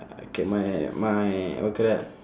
okay my my what you call that